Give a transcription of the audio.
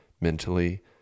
mentally